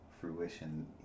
fruition